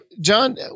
John